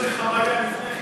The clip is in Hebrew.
איזה חוויה לפני כן,